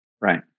Right